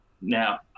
Now